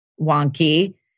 wonky